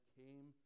came